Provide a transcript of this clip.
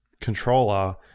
Controller